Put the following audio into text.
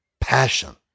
passion